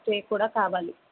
stay కూడా కావాలి